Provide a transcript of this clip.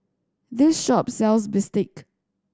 this shop sells Bistake